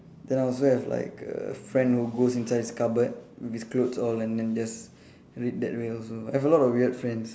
then I also have like a friend who goes inside his cupboard with clothes all and then just read that way also I have a lot of weird friends